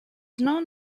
known